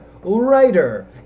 writer